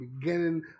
beginning